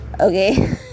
Okay